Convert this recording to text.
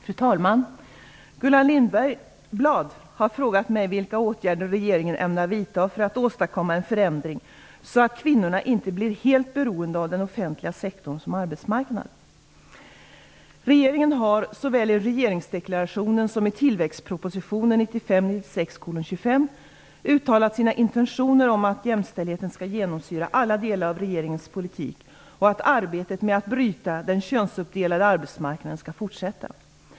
Fru talman! Gullan Lindblad har frågat mig vilka åtgärder regeringen ämnar vidta för att åstadkomma en förändring så att kvinnorna inte blir helt beroende av den offentliga sektorn som arbetsmarknad. Regeringen har såväl i regeringsdeklarationen som i tillväxtpropositionen uttalat sina intentioner om att jämställdheten skall genomsyra alla delar av regeringens politik och att arbetet med att bryta den könsuppdelade arbetsmarknaden skall fortsätta.